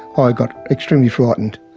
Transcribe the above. i got extremely frightened.